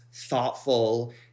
thoughtful